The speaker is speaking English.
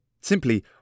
Simply